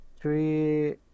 three